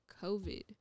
covid